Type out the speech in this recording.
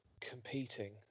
competing